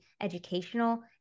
educational